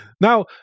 now